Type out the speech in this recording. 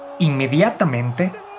Inmediatamente